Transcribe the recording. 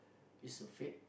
is a fate